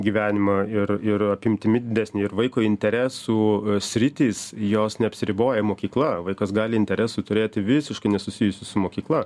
gyvenimą ir ir apimtimi didesnį ir vaiko interesų sritys jos neapsiriboja mokykla vaikas gali interesų turėti visiškai nesusijusius su mokykla